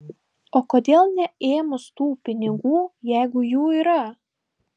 o kodėl neėmus tų pinigų jeigu jų yra